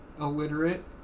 illiterate